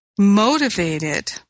motivated